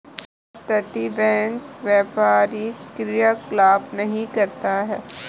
अपतटीय बैंक व्यापारी क्रियाकलाप नहीं करता है